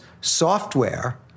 software